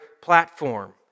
platform